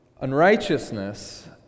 Unrighteousness